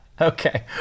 Okay